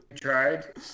tried